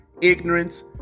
ignorance